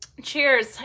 cheers